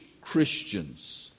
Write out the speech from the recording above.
Christians